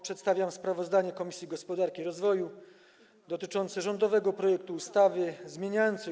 Przedstawiam sprawozdanie Komisji Gospodarki i Rozwoju dotyczące rządowego projektu ustawy zmieniającej